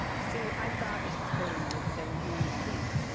see, i thought, mr. trader, you would say we're in the pink.